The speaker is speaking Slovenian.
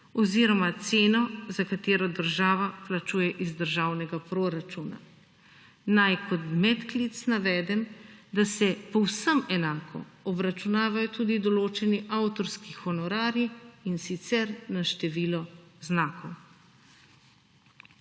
oziroma ceno, za katero država plačuje iz državnega proračuna. Naj kot med klic navedem, da se povsem enako obračunavajo tudi določeni avtorski honorarji in sicer na število znakov.